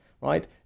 right